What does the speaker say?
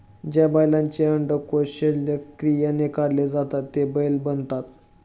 ज्या बैलांचे अंडकोष शल्यक्रियाने काढले जातात ते बैल बनतात